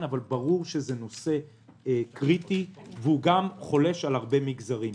ברור שזה נושא קריטי שחולש על הרבה מגזרים.